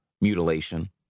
mutilation